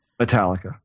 Metallica